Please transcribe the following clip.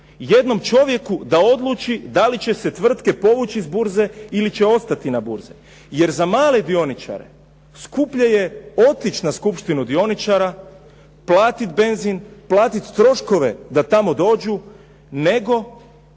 jednom čovjeku da odluči da li će se tvrtke povući s burze ili će ostati na burzi jer za male dioničare skuplje je otići na skupštinu dioničara, platiti benzin, platiti troškove da tamo dođu nego